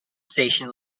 station